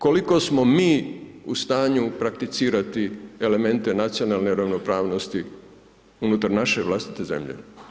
koliko smo mi u stanju prakticirati elemente nacionalne ravnopravnosti unutar naše vlastite zemlje?